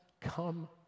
come